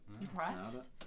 Impressed